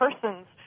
persons